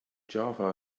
java